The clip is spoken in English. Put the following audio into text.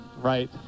Right